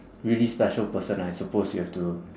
really special person I suppose you have to